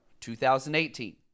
2018